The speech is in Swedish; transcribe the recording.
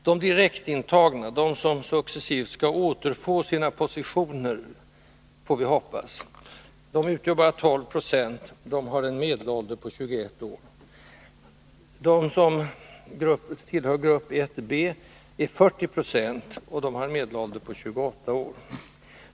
De direktintagna, de som förhoppningvis successivt skall återfå sin rättmätiga plats, utgör bara 12 20. De har en medelålder på 21 år. De som tillhör gruppen 1 B utgör 40 96 och har en medelålder på 28 år.